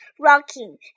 rocking